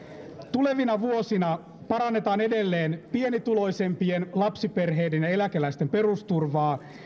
tulevina vuosina parannetaan edelleen pienituloisimpien lapsiperheiden ja eläkeläisten perusturvaa